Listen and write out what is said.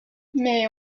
mais